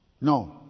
No